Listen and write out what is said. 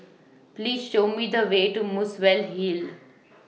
Please Show Me The Way to Muswell Hill